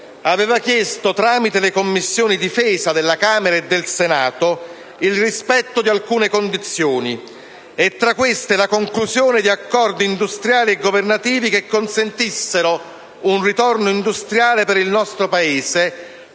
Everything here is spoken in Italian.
aveva chiesto, tramite le Commissioni difesa della Camera e del Senato, il rispetto di alcune condizioni e, tra queste, la conclusione di accordi industriali e governativi che consentissero un ritorno industriale per il nostro Paese